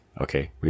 okay